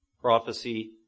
Prophecy